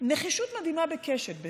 נחישות מדהימה בקשת,